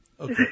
Okay